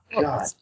God